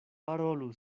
parolu